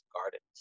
gardens